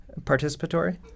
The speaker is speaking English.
participatory